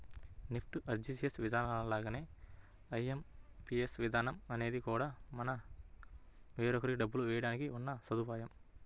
NEFT, RTGS విధానాల్లానే IMPS విధానం అనేది కూడా మనం వేరొకరికి డబ్బులు వేయడానికి ఉన్న సదుపాయం